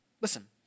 Listen